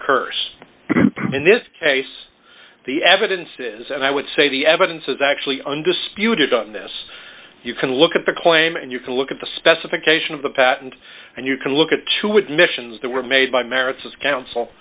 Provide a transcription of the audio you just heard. occurs in this case the evidence is and i would say the evidence is actually undisputed on this you can look at the claim and you can look at the specification of the patent and you can look at two would missions that were made by merits of counsel